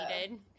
needed